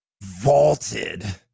vaulted